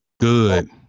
Good